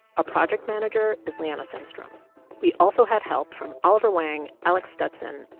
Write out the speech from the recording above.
our project manager is liana simstrom we also had help from oliver wang, alec stutson,